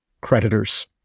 creditors